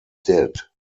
did